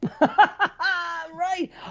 Right